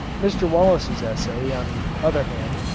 mr. wallace's essay, on the other hand,